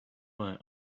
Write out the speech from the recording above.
via